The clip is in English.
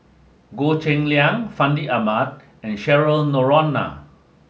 Goh Cheng Liang Fandi Ahmad and Cheryl Noronha